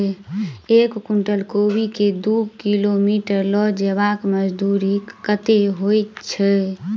एक कुनटल कोबी केँ दु किलोमीटर लऽ जेबाक मजदूरी कत्ते होइ छै?